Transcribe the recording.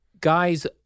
guys